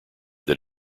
that